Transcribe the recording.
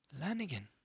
Lanigan